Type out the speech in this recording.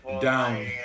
down